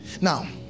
Now